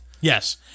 yes